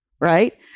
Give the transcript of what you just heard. right